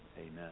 amen